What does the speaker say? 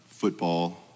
football